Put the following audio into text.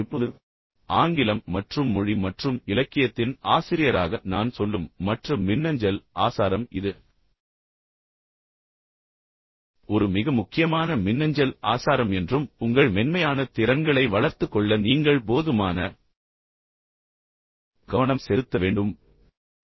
இப்போது ஆங்கிலம் மற்றும் மொழி மற்றும் இலக்கியத்தின் ஆசிரியராக நான் சொல்லும் மற்ற மின்னஞ்சல் ஆசாரம் இது ஒரு மிக முக்கியமான மின்னஞ்சல் ஆசாரம் என்றும் உங்கள் மென்மையான திறன்களை வளர்த்துக் கொள்ள நீங்கள் போதுமான கவனம் செலுத்த வேண்டும் என்றும் நான் கூறுவேன்